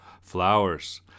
Flowers